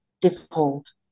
difficult